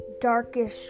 darkish